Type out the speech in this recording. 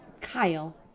Kyle